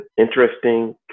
interesting